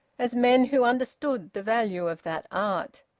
as men who understood the value of that art.